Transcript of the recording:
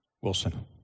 Wilson